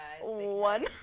One